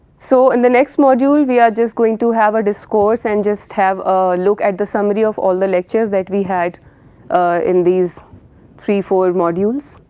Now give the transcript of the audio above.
so, in the next module we are just going to have a discourse and just have a look at the summary of all the lectures that we had in these three four modules.